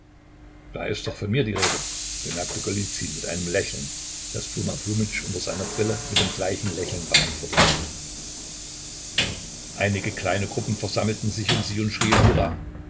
da ist doch von mir die rede bemerkte golizyn mit einem lächeln das foma fomitsch unter seiner brille mit dem gleichen lächeln beantwortete einige kleine gruppen versammelten sich um sie und schrien